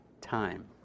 time